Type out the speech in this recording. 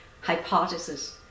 hypothesis